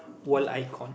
world icon